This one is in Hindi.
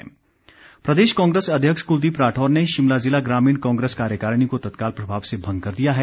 कांग्रेस प्रदेश कांग्रेस अध्यक्ष कलदीप राठौर ने शिमला जिला ग्रामीण कांग्रेस कार्यकारिणी को तत्काल प्रभाव से भंग कर दिया है